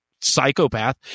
psychopath